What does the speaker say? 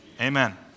Amen